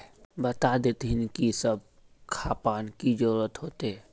बता देतहिन की सब खापान की जरूरत होते?